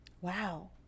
Wow